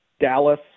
Dallas